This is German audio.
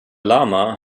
lama